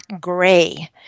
gray